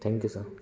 thank you sir